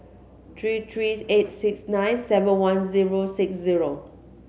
three three eight six nine seven one zero six zero